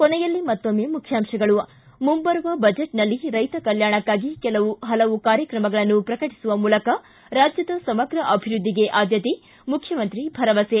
ಕೊನೆಯಲ್ಲಿ ಮತ್ತೊಮ್ಮೆ ಮುಖ್ಯಾಂಶಗಳು ಿ ಮುಂಬರುವ ಬಜೆಟ್ನಲ್ಲಿ ರೈತ ಕಲ್ಯಾಣಕಾಗಿ ಹಲವು ಕಾರ್ಯಕ್ರಮಗಳನ್ನು ಪ್ರಕಟಿಸುವ ಮೂಲಕ ರಾಜ್ಯದ ಸಮಗ್ರ ಅಭಿವೃದ್ದಿಗೆ ಆದ್ಯತೆ ಮುಖ್ಯಮಂತ್ರಿ ಭರವಸೆ